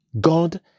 God